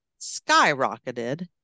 skyrocketed